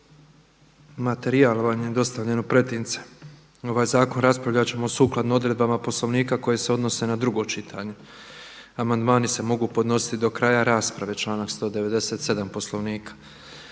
Materijal vam je dostavljen u pretince. Ovaj zakon raspravljat ćemo sukladno odredbama Poslovnika koje se odnose na drugo čitanje. Amandmani se mogu podnositi do kraja rasprave, članak 197. Poslovnika.